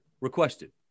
requested